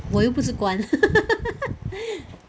我又不是官